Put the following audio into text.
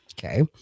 Okay